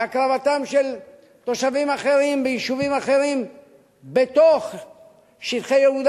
והקרבתם של תושבים אחרים ביישובים אחרים בתוך שטחי יהודה